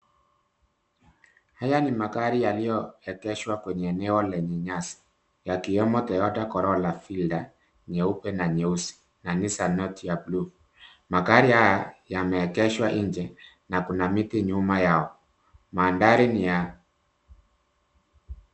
Haya ni magari yaliyoegeshwa kwenye eneo lenye nyasi yakiwemo Toyota corolla, fielder nyeupe na nyeusi na Nissan note ya blue. Magari haya yameegeshwa nje na kuna miti nyuma yao. Mandhari ni ya.